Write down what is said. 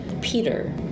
Peter